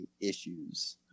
issues